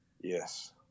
Yes